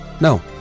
No